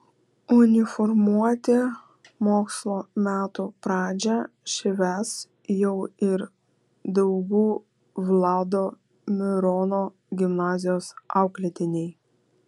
uniformuoti mokslo metų pradžią švęs jau ir daugų vlado mirono gimnazijos auklėtiniai